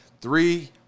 Three